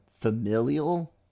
familial